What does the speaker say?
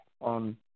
on